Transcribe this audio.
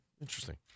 Interesting